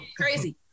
Crazy